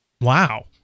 Wow